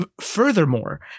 Furthermore